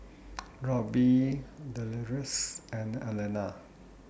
Robbie Deloris and Alana